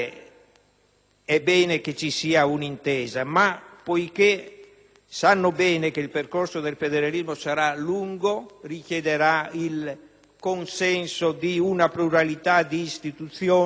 è bene che si trovi un'intesa, ma anche che, poiché il percorso del federalismo sarà lungo e richiederà il consenso di una pluralità di istituzioni,